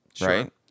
right